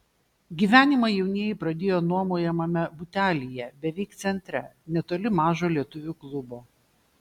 gyvenimą jaunieji pradėjo nuomojamame butelyje beveik centre netoli mažo lietuvių klubo